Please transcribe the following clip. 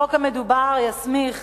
החוק המדובר יסמיך